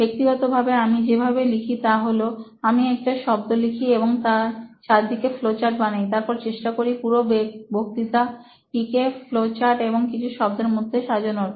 ব্যক্তিগতভাবে আমি যেভাবে লিখি তা হল আমি একটা শব্দ লিখি এবং তার চারদিকে ফ্লোচার্ট বানাই তারপর চেষ্টা করি পুরো বক্তিতাটিকে ফ্লোচার্ট এবং কিছু শব্দের মধ্যে সাজানোর